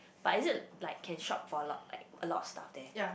but is it like can shop for a lot like a lot of stuff there